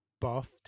buffed